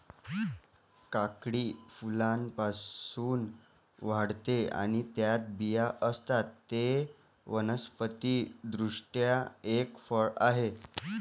काकडी फुलांपासून वाढते आणि त्यात बिया असतात, ते वनस्पति दृष्ट्या एक फळ आहे